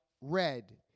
red